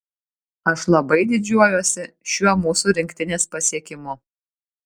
aš labai didžiuojuosi šiuo mūsų rinktinės pasiekimu